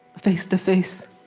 face-to-face,